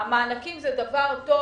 מענקים זה דבר טוב.